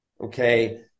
okay